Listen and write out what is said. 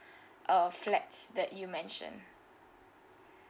uh flats that you mentioned